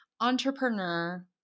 entrepreneur